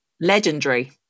Legendary